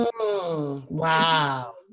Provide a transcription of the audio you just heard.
wow